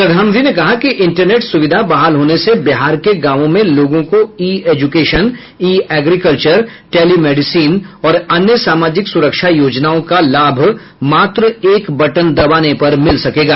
प्रधानमंत्री ने कहा कि इंटरनेट सुविधा बहाल होने से बिहार के गांवों में लोगों को e education e agriculture telemedicine और अन्य सामाजिक सुरक्षा योजनाओं का लाभ मात्र एक बटन दबाने पर मिल सकेंगा